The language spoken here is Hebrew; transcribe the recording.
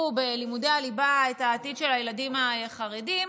בלימודי הליבה את העתיד של הילדים החרדים,